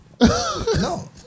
No